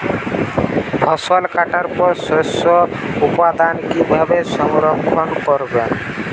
ফসল কাটার পর শস্য উৎপাদন কিভাবে সংরক্ষণ করবেন?